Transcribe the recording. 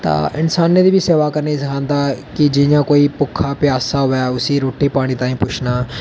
ता इन्सानें दी बी सेवा करनी सखांदा कि जि'यां कोई भुक्खा प्यासा होऐ उसी रुट्टी पानी ताईं पुच्छना